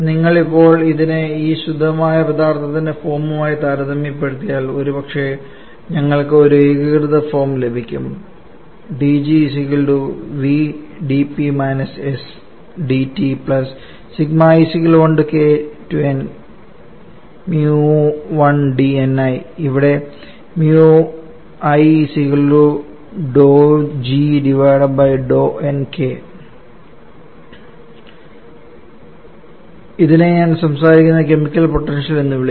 നിങ്ങൾ ഇപ്പോൾ ഇതിനെ ഈ ശുദ്ധമായ പദാർത്ഥത്തിന്റെ ഫോമുമായി താരതമ്യപ്പെടുത്തിയാൽ ഒരുപക്ഷേ ഞങ്ങൾക്ക് ഒരു ഏകീകൃത ഫോം ലഭിക്കും ഇവിടെ ഇതിനെ ഞാൻ സംസാരിക്കുന്ന കെമിക്കൽ പൊട്ടൻഷ്യൽ എന്ന് വിളിക്കുന്നു